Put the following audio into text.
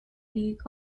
league